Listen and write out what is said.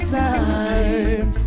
time